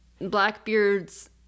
Blackbeard's